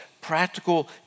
practical